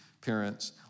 parents